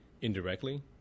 indirectly